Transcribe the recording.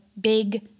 big